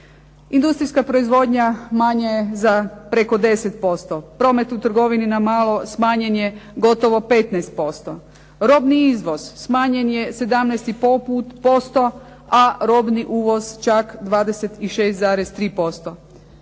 Industrijska proizvodnja manja je za preko 10%, promet u trgovini na malo smanjen je gotovo 15%, robni izvoz smanjen je 17,5%, a robni uvoz čak 26,3%.